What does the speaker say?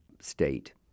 state